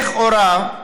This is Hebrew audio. לכאורה,